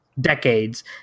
decades